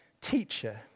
teacher